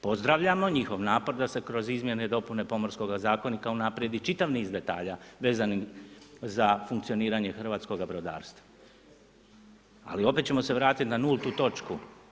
Pozdravljamo njihov napor da se kroz izmjene i dopune pomorskoga zakonika unaprijedi čitav niz detalja vezanih za funkcioniranje hrvatskoga brodarstva, ali opet ćemo se vratit na nultu točku.